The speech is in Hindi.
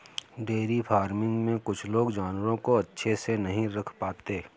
डेयरी फ़ार्मिंग में कुछ लोग जानवरों को अच्छे से नहीं रख पाते